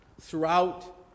throughout